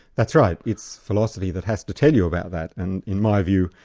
that's right. it's philosophy that has to tell you about that, and in my view,